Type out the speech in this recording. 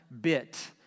bit